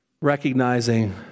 recognizing